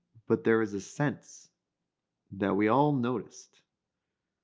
but there was a sense that we all noticed